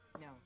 No